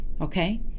Okay